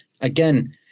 again